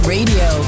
Radio